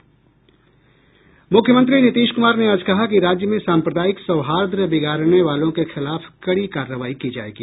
मूख्यमंत्री नीतीश क्मार ने आज कहा कि राज्य में साम्प्रदायिक सौहार्द बिगाड़ने वालों के खिलाफ कड़ी कार्रवाई की जायेगी